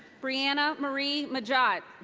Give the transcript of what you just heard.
brianna marie majot.